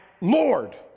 Lord